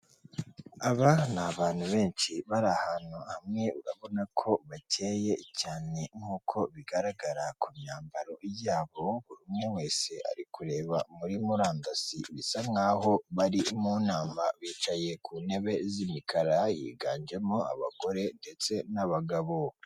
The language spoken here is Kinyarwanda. Aba ni abantu benshi, bari ahantu hamwe urabona ko bakeye cyane nkuko bigaragara ku myambaro yabo, buri umwe wese ari kureba muri murandasi, bisa nk'aho bari mu nama, bicaye ku ntebe z'imikara higanjemo abagore ndetse n'abagabo.